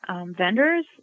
vendors